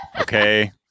Okay